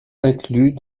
inclus